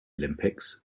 olympics